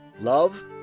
love